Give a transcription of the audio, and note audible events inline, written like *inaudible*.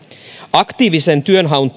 aktiivisen työnhaun *unintelligible*